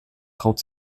traut